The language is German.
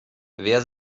wer